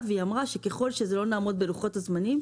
בוועדה היא עו"ד נעה בן שבת והיא אמרה שככול שלא נעמוד בלוחות הזמנים,